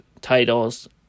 titles